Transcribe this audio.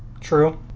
True